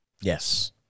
Yes